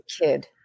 kid